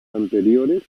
anteriores